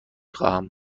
خواهم